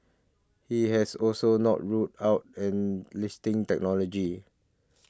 he has also not ruled out enlisting technology